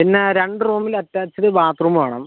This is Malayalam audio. പിന്നെ രണ്ട് റൂമില് അറ്റാച്ച്ഡ് ബാത്റൂം വേണം